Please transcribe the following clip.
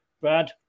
Brad